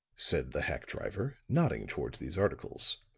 said the hack driver, nodding toward these articles.